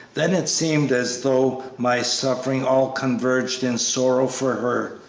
then it seemed as though my suffering all converged in sorrow for her,